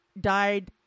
died